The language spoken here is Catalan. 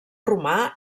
romà